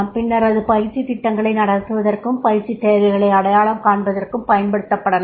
பின்னர் அது பயிற்சித் திட்டங்களை நடத்துவதற்கும் பயிற்சித் தேவைகளை அடையாளம் காண்பதற்கும் பயன்படுத்தப்படலாம்